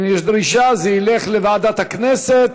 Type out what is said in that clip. אם יש דרישה, זה ילך לוועדת הכנסת,